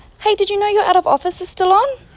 hey did you know your out of office is still on?